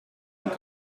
and